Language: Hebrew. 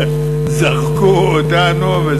זרקו אותנו.